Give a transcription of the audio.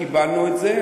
קיבלנו את זה.